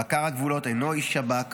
בקר הגבולות אינו איש שב"כ